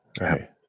Right